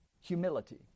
humility